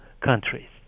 countries